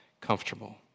comfortable